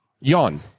Yawn